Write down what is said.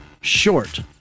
short